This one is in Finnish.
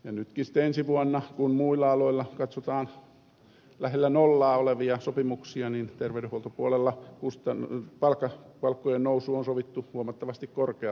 nytkin sitten ensi vuonna kun muilla aloilla katsotaan lähellä nollaa olevia sopimuksia niin terveydenhuoltopuolella palkkojen nousu on sovittu huomattavasti korkeammaksi